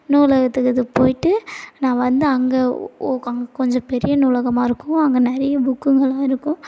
நூலகத்துக்கு இது போயிட்டு நான் வந்து அங்கே ஒ கொ அங்கே கொஞ்சம் பெரிய நூலகமாக இருக்கும் அங்கே நிறைய புக்குங்கெல்லாம் இருக்கும்